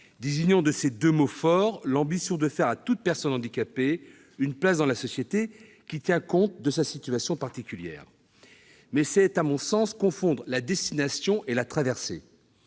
désignant de ces deux mots forts l'ambition de faire à toute personne handicapée une place dans la société qui tient compte de sa situation particulière. Mais c'est à mon sens confondre la destination et la traversée.